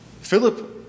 Philip